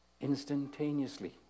instantaneously